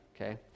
Okay